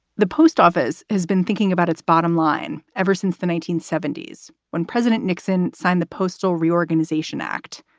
the post office has been thinking about its bottom line ever since the nineteen seventy s when president nixon signed the postal reorganization act.